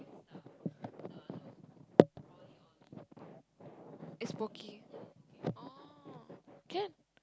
can